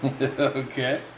Okay